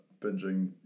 binging